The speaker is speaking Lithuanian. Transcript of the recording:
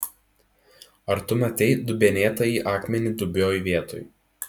ar tu matei dubenėtąjį akmenį dubioj vietoj